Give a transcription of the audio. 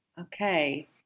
okay